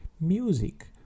Music